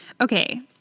Okay